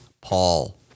Paul